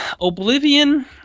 Oblivion